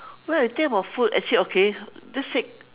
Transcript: when I think about food actually okay that's it